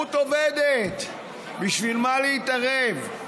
התחרות עובדת, בשביל מה להתערב?